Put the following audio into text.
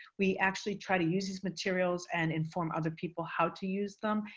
we actually try to use these materials and inform other people how to use them,